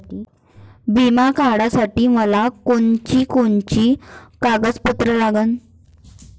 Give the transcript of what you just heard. बिमा काढासाठी मले कोनची कोनची कागदपत्र लागन?